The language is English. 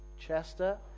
Chester